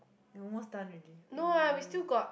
almost done already bit more only